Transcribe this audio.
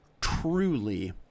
truly